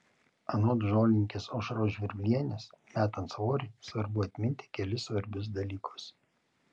anot žolininkės aušros žvirblienės metant svorį svarbu atminti kelis svarbius dalykus